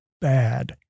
bad